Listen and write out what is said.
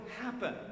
happen